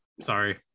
sorry